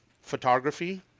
photography